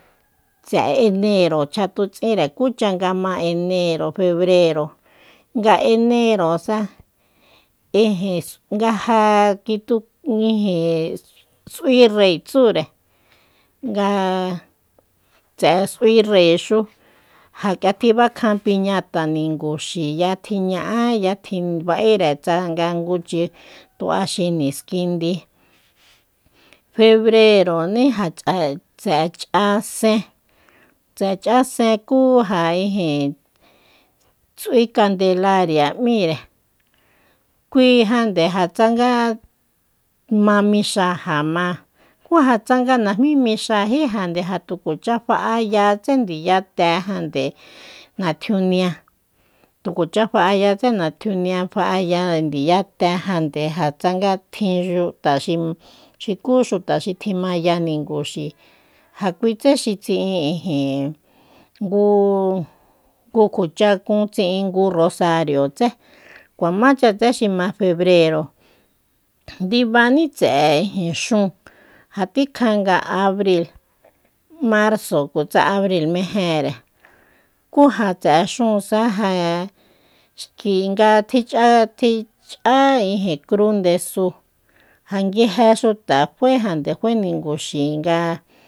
Tse'e enero chatutsínre kucha nga ma enero febrero nga enerosa ijin nga ja s'ui rey tsúre nga tse'e s'ui rey xú ja k'ia tjibakan piñata ninguxi ya tjiñ'a ya tjiba'ere tsanga ngúchi tuaxi niskindi febrero ní ja tse'e ch'asen tse'e cha'sen kú ja ijin s'ui candelaria m'íre kuijande jatsanga ma mixa ja má kú tsanga najmí mixajíjande ja tukuacha fa'yatsé ndiyatejande natjunia tu kuacha fa'ayatse natjunia fa'aya ndiyatéjande ja tsan tjin xuta xukú xuta xi tjimaya ninguxi ja kui tsé tsi'in ijin ngu kjuachakún tsi'in ngu rosariotsé kuamáchatse xi ma febrero ndibaní tse'e xun tikja tsa abril marso kutsa abril mejere kú ja tse'e xúunsa ja xki nga tjich'á-tjich'á cru ndesu ja nguije xuta faejande fae ninguxi nga